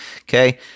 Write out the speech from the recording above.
Okay